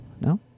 No